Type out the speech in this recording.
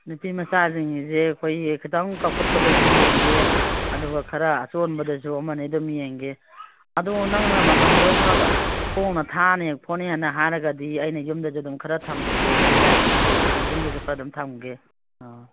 ꯅꯨꯄꯤ ꯃꯆꯥꯁꯤꯡꯒꯤꯁꯦ ꯑꯩꯈꯣꯏꯒꯤ ꯈꯤꯇꯪ ꯀꯧꯈꯠꯄꯗꯁꯨ ꯌꯦꯡꯒꯦ ꯑꯗꯨꯒ ꯈꯔ ꯑꯆꯣꯟꯕꯗꯁꯨ ꯑꯃꯅꯤ ꯑꯗꯨꯝ ꯌꯦꯡꯒꯦ ꯑꯗꯣ ꯅꯪꯅ ꯃꯃꯟꯗꯣ ꯈꯔ ꯍꯣꯡꯅ ꯊꯥꯅꯦ ꯈꯣꯠꯅꯦꯅ ꯍꯥꯏꯔꯒꯗꯤ ꯑꯩꯅ ꯌꯨꯝꯗꯁꯨ ꯑꯗꯨꯝ ꯈꯔ ꯊꯝꯃꯒꯦꯁꯨ ꯌꯥꯏꯌꯦ ꯑꯩ ꯌꯨꯝꯗꯁꯨ ꯈꯔ ꯑꯗꯨꯝ ꯊꯝꯒꯦ ꯑꯧ